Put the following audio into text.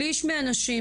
שליש מהנשים